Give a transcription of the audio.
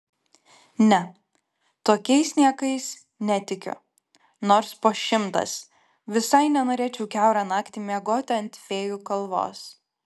ne tokiais niekais netikiu nors po šimtas visai nenorėčiau kiaurą naktį miegoti ant fėjų kalvos